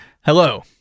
hello